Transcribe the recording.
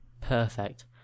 perfect